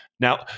Now